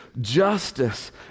justice